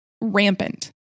rampant